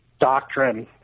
doctrine